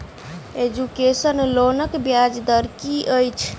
Education लोनक ब्याज दर की अछि?